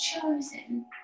chosen